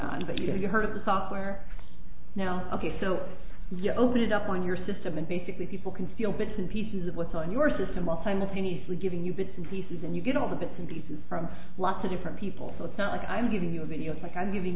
on but you know you heard of the software now of yourself you open it up on your system and basically people can steal bits and pieces of what's on your system are simultaneously giving you bits and pieces and you get all the bits and pieces from lots of different people so it's not like i'm giving you a video like i'm giving